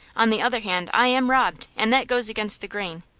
on the other hand, i am robbed, and that goes against the grain.